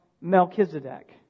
Melchizedek